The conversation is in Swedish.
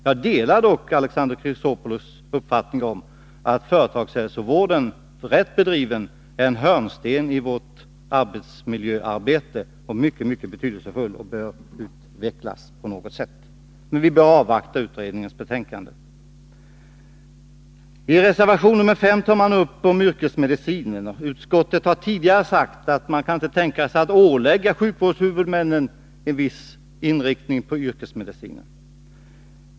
Jag delar dock Alexander Chrisopoulos uppfattning att företagshälsovården, rätt bedriven, är en hörnsten i vårt arbetsmiljöarbete och att den bör utvecklas på något sätt. Men vi bör avvakta utredningens betänkande. Reservation 5 gäller yrkesmedicinen. Utskottet har tidigare sagt att man inte kan tänka sig att ålägga sjukvårdshuvudmännen en viss inriktning på yrkesmedicin.